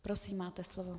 Prosím, máte slovo.